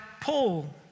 Paul